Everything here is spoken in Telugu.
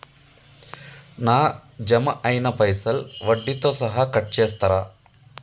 నా జమ అయినా పైసల్ వడ్డీతో సహా కట్ చేస్తరా?